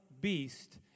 beast